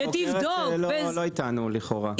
החוקרת לא איתנו, לכאורה.